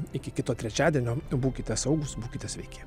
iki kito trečiadienio būkite saugūs būkite sveiki